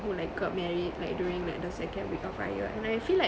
who like got married like during like the second week of raya and I feel like